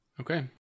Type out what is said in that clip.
Okay